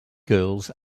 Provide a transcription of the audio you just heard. girls